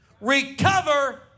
recover